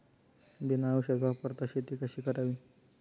बिना औषध वापरता शेती कशी करावी?